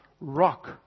rock